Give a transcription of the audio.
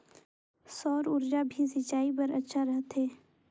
सौर ऊर्जा भी सिंचाई बर अच्छा रहथे?